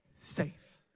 safe